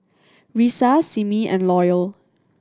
Risa Simmie and Loyal